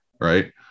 right